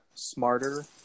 smarter